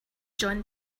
jon